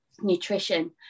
nutrition